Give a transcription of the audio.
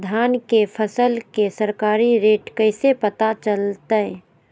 धान के फसल के सरकारी रेट कैसे पता चलताय?